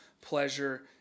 pleasure